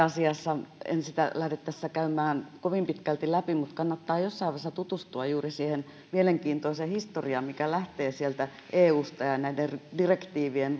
asiassa en sitä lähde tässä käymään kovin pitkälti läpi mutta kannattaa jossain vaiheessa tutustua juuri siihen mielenkiintoiseen historiaan mikä lähtee eusta ja näiden direktiivien